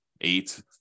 eight